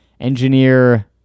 Engineer